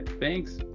thanks